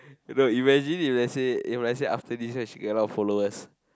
no imagine if let's say if let's say after this she get out follow us